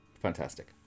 Fantastic